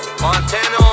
Montana